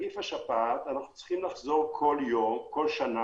אנחנו צריכים לחזור בכל שנה